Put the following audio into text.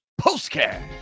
Postcast